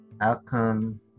outcome